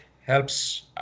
helps